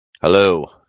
Hello